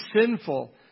sinful